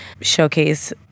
showcase